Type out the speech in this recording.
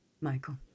Michael